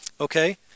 Okay